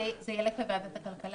זה ילך לוועדת הכלכלה?